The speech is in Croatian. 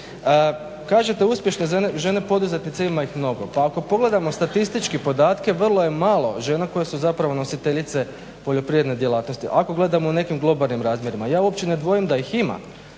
Kažete uspješne žene poduzetnice ima ih mnogo. Pa ako pogledamo statistički podatke vrlo je malo žena koje su zapravo nositeljice poljoprivredne djelatnosti, ako gledamo u nekim globalnim razmjerima. Ja uopće ne dvojim da ih ima,